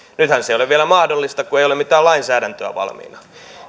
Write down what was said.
nythän se ei ole vielä mahdollista kun ei ole mitään lainsäädäntöä valmiina